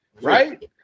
right